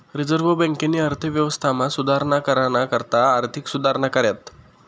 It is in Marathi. रिझर्व्ह बँकेनी अर्थव्यवस्थामा सुधारणा कराना करता आर्थिक सुधारणा कऱ्यात